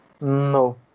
No